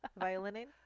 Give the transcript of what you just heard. Violining